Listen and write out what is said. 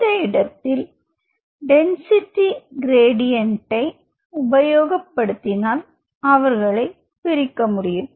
இந்த இடத்தில் டென்சிட்டி க்ராடியென்ட்டை உபயோகப்படுத்தினால் அவர்களை பிரிக்க முடியும்